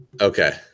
okay